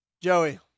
joey